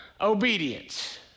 obedience